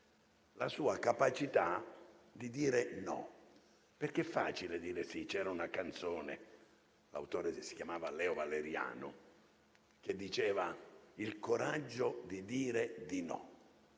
la sua capacità di dire no. Perché è facile dire sì. C'era una canzone, il cui autore si chiamava Leo Valeriano, che parlava del coraggio di dire di no.